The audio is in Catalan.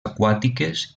aquàtiques